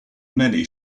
many